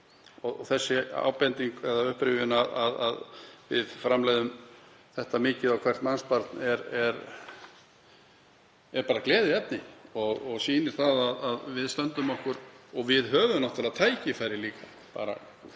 Þessi ábending eða upprifjun, að við framleiðum þetta mikið á hvert mannsbarn, er gleðiefni og sýnir að við stöndum okkur og við höfum náttúrlega tækifæri líka